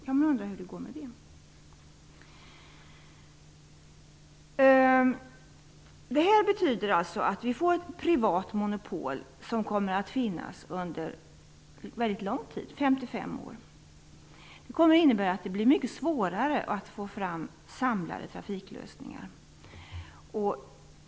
Man kan undra hur det går med det. Förslaget betyder att vi får ett privat monopol som kommer att finnas under väldigt lång tid -- 55 år. Det kommer att innebära att det blir mycket svårare att få fram samlade trafiklösningar.